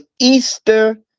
Easter